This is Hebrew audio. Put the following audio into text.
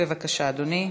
בבקשה, אדוני.